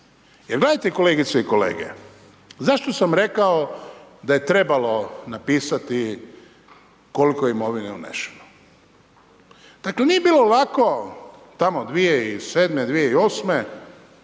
Jer gledajte kolegice i kolege, zašto sam rekao da je trebalo napisati koliko imovine je unešeno. Dakle, nije bilo lako tamo 2007., 2008.,